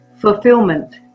fulfillment